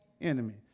enemy